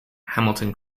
hamilton